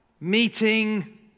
meeting